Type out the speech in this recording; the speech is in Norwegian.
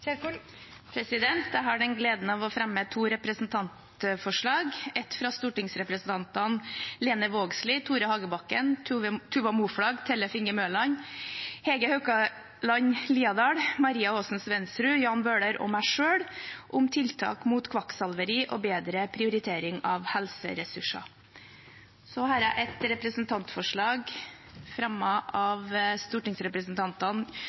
Jeg har gleden av å fremme to representantforslag. Det ene er fra stortingsrepresentantene Lene Vågslid, Tore Hagebakken, Tuva Moflag, Tellef Inge Mørland, Hege Haukeland Liadal, Maria Aasen-Svensrud, Jan Bøhler og meg selv om tiltak mot kvakksalveri og en bedre prioritering av helseressurser. Så legger jeg fram et representantforslag fra stortingsrepresentantene